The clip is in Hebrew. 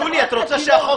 שולי, אני לא הפרעתי לך.